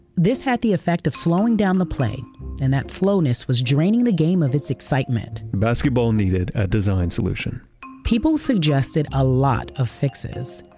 this had the effect of slowing down the play and that slowness was draining the game of its excitement basketball needed a design solution people suggested a lot of fixes,